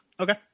Okay